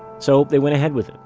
so they went ahead with it.